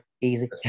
easy